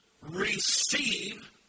receive